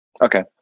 Okay